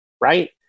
right